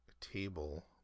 table